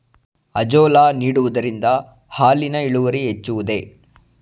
Azolla ನೀಡುವುದರಿಂದ ಹಾಲಿನ ಇಳುವರಿ ಹೆಚ್ಚುವುದೇ?